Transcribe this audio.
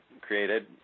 created